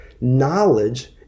knowledge